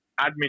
admin